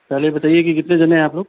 पहले बताइए की कितने जनें हैं आप लोग